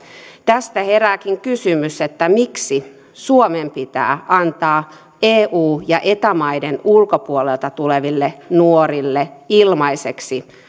tästä herääkin kysymys miksi suomen pitää antaa eu ja eta maiden ulkopuolelta tuleville nuorille ilmaiseksi